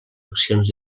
accions